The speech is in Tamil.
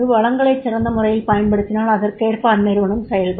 வளங்களை சிறந்த முறையில் பயன்படுத்தினால் அதற்கேற்ப அந்நிறுவனம் செயல்படும்